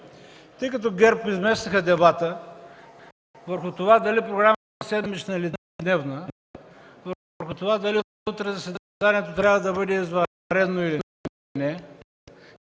Тъй като ГЕРБ изместиха дебата върху това дали програмата е седмична или дневна, върху това дали утре заседанието трябва да бъде извънредно или не,